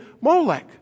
Molech